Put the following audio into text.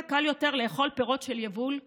קל יותר לאכול פירות של יבול חו"ל.